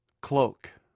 Cloak